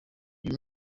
uyu